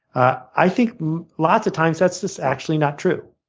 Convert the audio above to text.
i think lots of times, that's just actually not true.